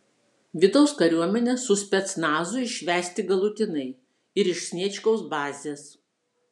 vidaus kariuomenę su specnazu išvesti galutinai ir iš sniečkaus bazės